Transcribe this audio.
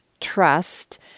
trust